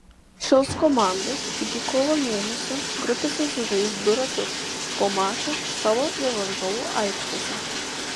šios komandos iki kovo mėnesio grupėse sužais du ratus po mačą savo ir varžovų aikštėse